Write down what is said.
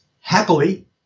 happily